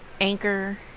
Anchor